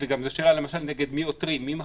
וזאת גם שאלה למשל נגד מי עותרים, מי מחליט.